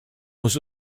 was